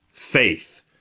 faith